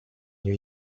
new